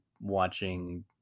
watching